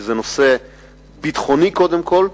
כי זה נושא ביטחוני קודם כול,